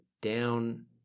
down